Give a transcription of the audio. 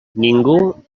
ningú